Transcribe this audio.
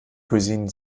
cuisine